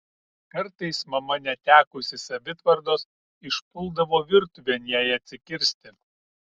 kartais mama netekusi savitvardos išpuldavo virtuvėn jai atsikirsti